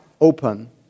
open